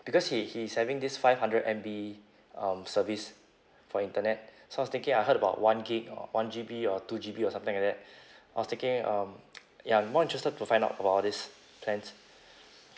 because he he is having this five hundred M_B um service for internet so I was thinking I heard about one gig or one G_B or two G_B or something like that I was thinking um ya I'm more interested to find out about these plans